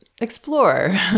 explore